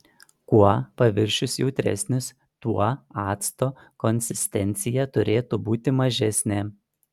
kuo paviršius jautresnis tuo acto konsistencija turėtų būti mažesnė